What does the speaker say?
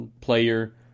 player